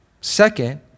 Second